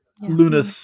Lunas